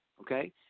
Okay